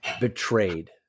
betrayed